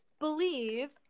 believe